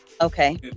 Okay